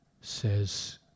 says